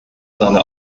seine